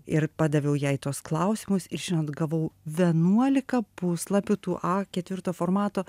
ir padaviau jai tuos klausimus ir žinot gavau venuolika puslapių tų a ketvirto formato